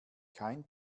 kein